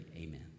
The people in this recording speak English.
amen